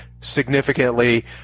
significantly